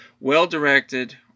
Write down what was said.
Well-directed